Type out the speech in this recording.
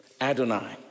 Adonai